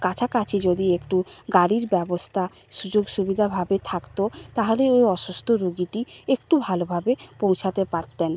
কাছাকাছি যদি একটু গাড়ির ব্যবস্থা সুযোগ সুবিধাভাবে থাকত তাহলে ওই অসুস্থ রোগীটি একটু ভালোভাবে পৌঁছাতে পারতেন